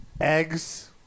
eggs